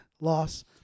loss